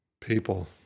People